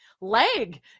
leg